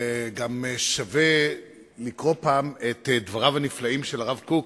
גם שווה לקרוא פעם את דבריו הנפלאים של הרב קוק